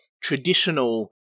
traditional